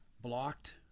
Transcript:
blocked